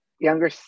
younger